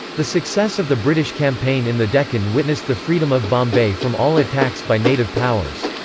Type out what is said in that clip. the success of the british campaign in the deccan witnessed the freedom of bombay from all attacks by native powers.